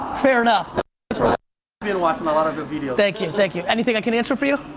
fair enough. i've been watching a lot of your videos. thank you, thank you. anything i can answer for you?